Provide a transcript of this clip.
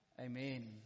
Amen